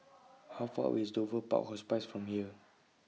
How Far away IS Dover Park Hospice from here